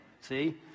see